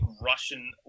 Russian